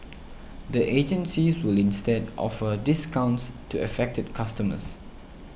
the agencies will instead offer discounts to affected customers